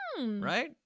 Right